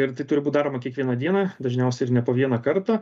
ir tai turi būt daroma kiekvieną dieną dažniausiai ir ne po vieną kartą